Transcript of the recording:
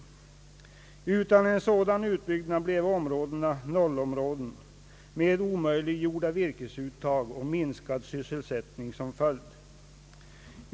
Utan en sådan utbyggnad bleve områdena nollområden med omöjliggjorda virkesuttag och minskad sysselsättning som följd.